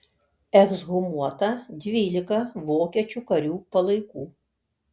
ekshumuota dvylika vokiečių karių palaikų